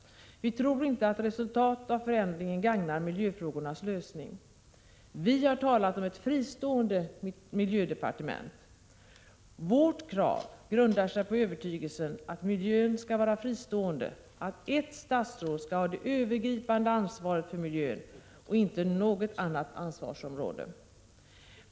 Vi tror inte att resultatet av förändringen gagnar miljöfrågornas lösning. Vi har talat om ett fristående miljödepartement. Vårt krav grundar sig på övertygelsen att miljön skall vara fristående, att ett statsråd skall ha det övergripande ansvaret för miljön och inte något annat ansvarsområde.